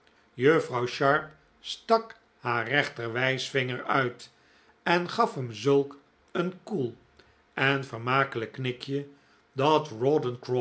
juffrouw sharp stak haar rechter wijsvinger uit en gaf hem zulk een koel en vermakelijk knikje dat